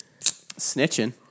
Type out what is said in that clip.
Snitching